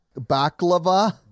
Baklava